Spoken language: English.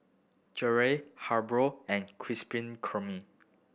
Gelare Hasbro and Krispy Kreme